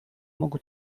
mógł